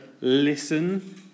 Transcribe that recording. listen